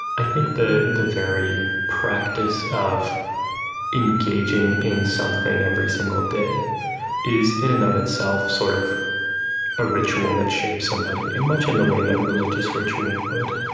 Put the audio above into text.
i think the the very practice of engaging in something every single day is, in and of itself, sort of a ritual that shapes somebody much in the way that religious ritual would.